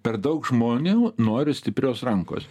per daug žmonių nori stiprios rankos